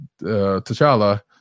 T'Challa